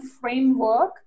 framework